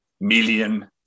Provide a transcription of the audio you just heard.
million